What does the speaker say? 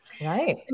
Right